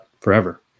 forever